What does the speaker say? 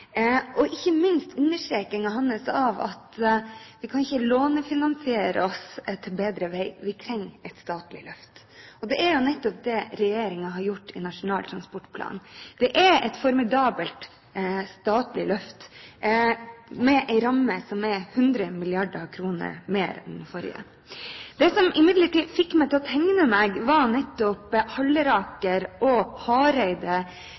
sa, ikke minst hans understreking av at vi ikke kan lånefinansiere oss til bedre vei, og at vi trenger et statlig løft. Det er nettopp det regjeringen har gjort i Nasjonal transportplan. Det er et formidabelt statlig løft, med en ramme som er 100 mrd. kr høyere enn den forrige. Det som imidlertid fikk meg til å tegne meg, var nettopp